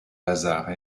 lazare